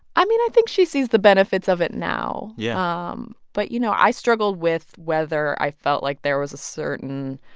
i mean, i think she sees the benefits of it now yeah um but, you know, i struggled with whether i felt like there was a certain